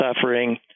suffering